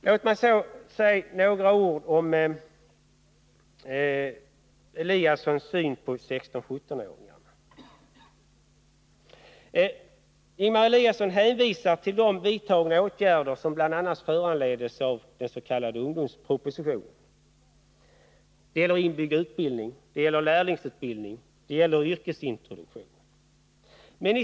Låt mig också säga några ord om den syn på 16-17-åringarnas problem som Ingemar Eliasson redovisade. Han hänvisade i svaret till de åtgärder som vidtagits med anledning av den s.k. ungdomspropositionen, som gäller inbyggd utbildning, lärlingsutbildning och yrkesintroduktion.